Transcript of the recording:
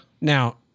Now